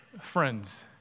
Friends